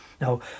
Now